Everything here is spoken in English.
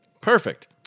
Perfect